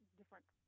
different